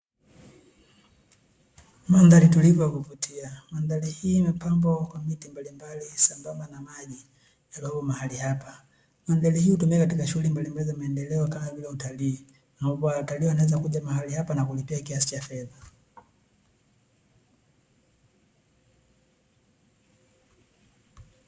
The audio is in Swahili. Mandhari tulivu ya kuvutia, mandhari hii imepambwa kwa miti mbalimbali sambamba na maji yaliyo mahali hapa, mandhari hii hutumika katika shughuli mbalimbali za maendeleo kama vile utalii ambapo watalii wanawezakuja mahali hapa na kulipia kiasi cha fedha.